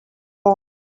war